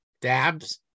Dabs